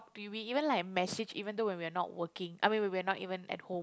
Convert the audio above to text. to we even like message even though when we are not working I mean when we are not even at home